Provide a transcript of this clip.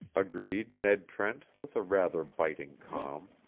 agreed ned trent, with a rather biting calm.